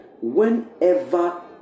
Whenever